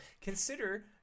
consider